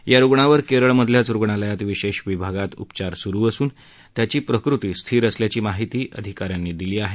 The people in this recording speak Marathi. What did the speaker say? या रुग्णावर केरळमधल्याच रुग्णालयात विशेष विभागात उपचार सुरु असून त्याची प्रकृती स्थिर असल्याची माहिती अधिकाऱ्यांनी दिली आहे